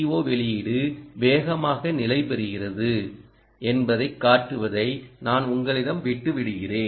ஓ வெளியீடு வேகமாக நிலைபெறுகிறது என்பதைக் காட்டுவதை நான் உங்களிடம் விட்டு விடுகிறேன்